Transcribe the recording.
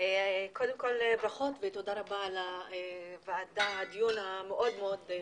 קודם כל ברכות ותודה רבה על הדיון המאוד מאוד חשוב.